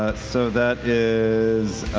ah so that is